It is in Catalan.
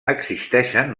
existeixen